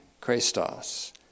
Christos